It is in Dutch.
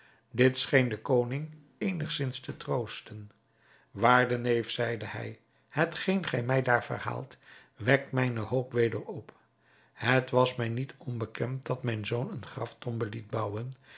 dit scheen den koning eenigszins te troosten waarde neef zeide hij hetgeen gij mij daar verhaalt wekt mijne hoop weder op het was mij niet onbekend dat mijn zoon een graftombe liet bouwen